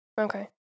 Okay